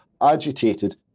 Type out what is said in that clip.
agitated